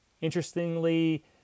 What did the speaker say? Interestingly